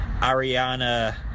Ariana